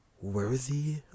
worthy